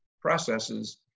processes